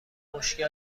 مشکل